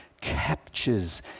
captures